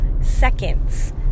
seconds